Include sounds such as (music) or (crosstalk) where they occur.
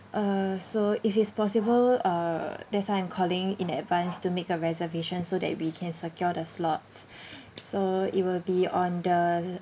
uh so if it's possible uh that's why I'm calling in advance to make a reservation so that we can secure the slots (breath) so it will be on the